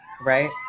right